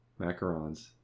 macarons